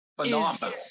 phenomenal